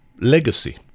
legacy